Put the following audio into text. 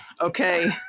Okay